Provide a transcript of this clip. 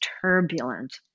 turbulent